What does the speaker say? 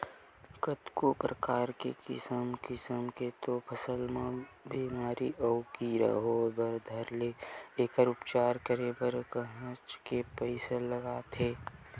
कतको परकार के किसम किसम के तो फसल म बेमारी अउ कीरा होय बर धर ले एखर उपचार करे बर काहेच के पइसा लगथे